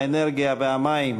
האנרגיה והמים,